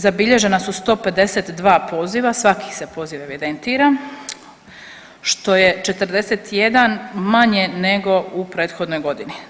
Zabilježena su 152 poziva, svaki se poziv evidentira što je 41 manje nego u prethodnoj godini.